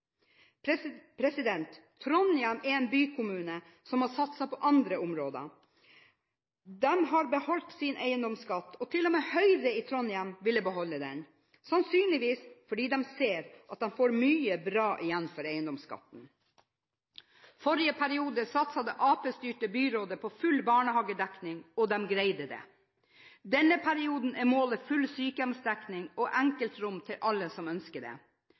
Arbeiderparti-styrt kommune? Trondheim er en bykommune som har satset på andre områder. De har beholdt sin eiendomsskatt. Til og med Høyre i Trondheim ville beholde den, sannsynligvis fordi de ser at de får mye bra igjen for eiendomsskatten. I forrige periode satset det Arbeiderparti-styrte byrådet på full barnehagedekning, og de greide det. Denne perioden er målet full sykehjemsdekning og enkeltrom til alle som ønsker det.